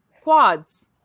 quads